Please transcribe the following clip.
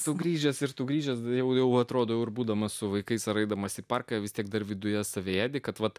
sugrįžęs ir tu grįžęs jauniau atrodau ir būdamas su vaikais ar eidamas į parką vis tiek dar viduje savyje kad vat